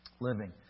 living